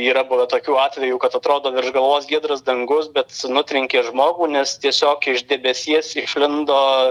yra buvę tokių atvejų kad atrodo virš galvos giedras dangus bet su nutrenkė žmogų nes tiesiog iš debesies išlindo